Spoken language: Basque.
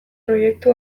proiektu